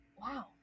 wow